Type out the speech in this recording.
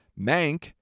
mank